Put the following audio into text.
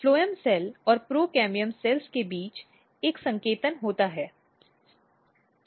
phloem cell और procambium कोशिकाओं के बीच एक संकेतन होता है